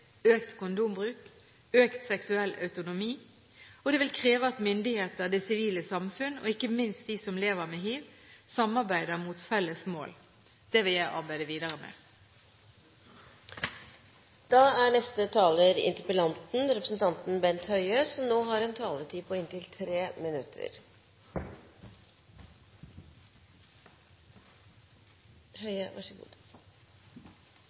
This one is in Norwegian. økt kondombruk, økt seksuell autonomi – og det vil kreve at myndigheter, det sivile samfunn og ikke minst de som lever med hiv, samarbeider mot felles mål. Det vil jeg arbeide videre med. For meg er følgende et paradoks: På 1980- og 1990-tallet var oppmerksomheten som